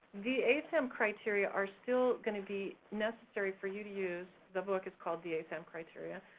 the asam criteria are still gonna be necessary for you to use, the book is called the asam criteria,